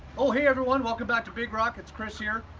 oh hey everyone! welcome back to big rock. it's chris here.